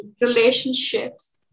Relationships